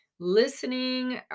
listening